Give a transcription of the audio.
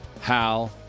Hal